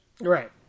Right